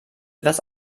etwas